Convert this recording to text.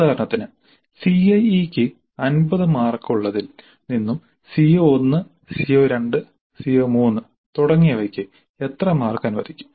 ഉദാഹരണത്തിന് CIE ക്ക് 50 മാർക്കുള്ളതിൽ നിന്നും CO1 CO2 CO3 തുടങ്ങിയവയ്ക്ക് എത്ര മാർക്ക് അനുവദിക്കും